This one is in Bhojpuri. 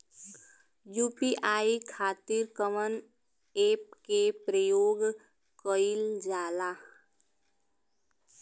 यू.पी.आई खातीर कवन ऐपके प्रयोग कइलजाला?